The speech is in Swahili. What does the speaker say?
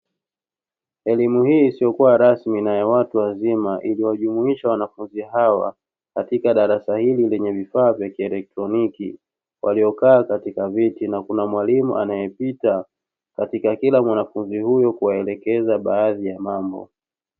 Elimu hii isiyokuwa rasmi na ya watu wazima iliyojumuisha wanafunzi hawa katika darasa hili lenye vifaa vya kielektroniki, waliokaa katika viti na kuna mwalimu anayepita katika kila mwanafunzi huyo kuwaelekeza baadhi ya mambo.